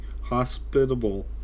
hospitable